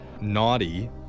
naughty